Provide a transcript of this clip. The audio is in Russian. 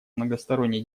многосторонней